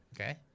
Okay